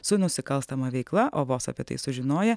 su nusikalstama veikla o vos apie tai sužinoję